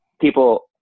people